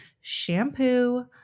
shampoo